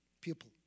people